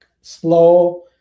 slow